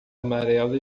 amarela